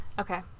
Okay